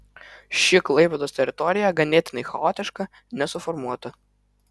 ši klaipėdos teritorija ganėtinai chaotiška nesuformuota